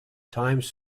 times